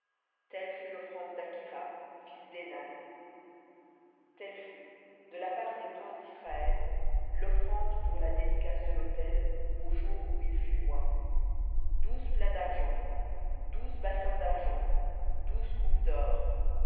telle fut l'offrande d'akhira fils dénan telle fut de la part des princes d'israël la dédicace de l'autel au jour où il fut oint douze plats d'argent douze bassins d'argent douze coupes d'or